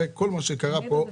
על מי אתה מדבר?